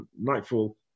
nightfall